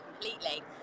completely